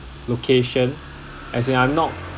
location as in I'm not